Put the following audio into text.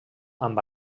amb